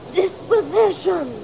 disposition